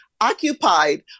occupied